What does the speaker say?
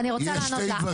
אני ורצה לענות לך.